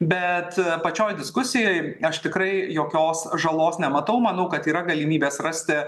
bet pačioj diskusijoj aš tikrai jokios žalos nematau manau kad yra galimybės rasti